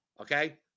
Okay